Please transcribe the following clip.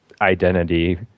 identity